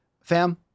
fam